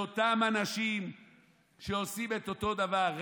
אלה אותם אנשים שעושים את אותו דבר.